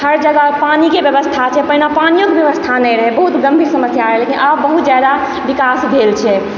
हर जगह पानिके ब्यबस्था छै पहिने पानियोके ब्यबस्था नहि रहै बहुत गम्भीर समस्या रहै लेकिन आब बहुत जादा बिकास भेल छै